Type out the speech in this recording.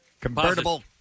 convertible